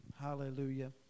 Hallelujah